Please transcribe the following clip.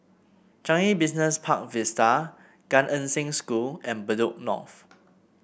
Changi Business Park Vista Gan Eng Seng School and Bedok North